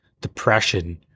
depression